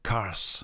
Cars